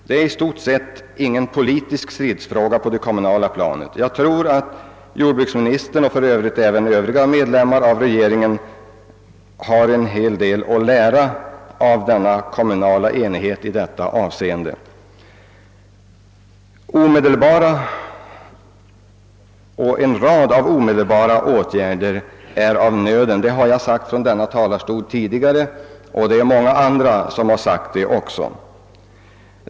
Detta är i stort sett ingen politisk stridsfråga på det kommunala planet. Jag tror att jordbruksministern, och för övrigt även övriga medlemmar av regeringen, har en hel del att lära av denna kommunala enighet i detta avseende. En rad av omedelbara åtgärder är av nöden; det har jag sagt från denna talarstol tidigare, och det är många andra som har framhållit det också.